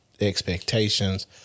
Expectations